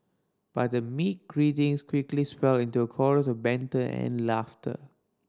but the meek greetings quickly swelled into a chorus of banter and laughter